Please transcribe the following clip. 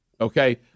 Okay